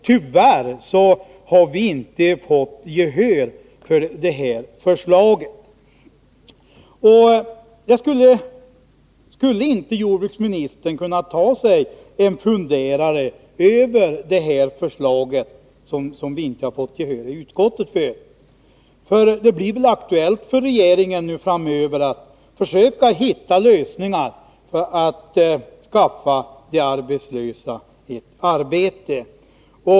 Tyvärr har vi inte fått gehör för vårt förslag. Skulle inte jordbruksministern kunna ta sig en funderare över vårt förslag? Det blir väl aktuellt för regeringen framöver att försöka hitta lösningar för att ge de arbetslösa arbete.